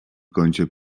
kącie